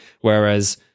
Whereas